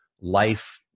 life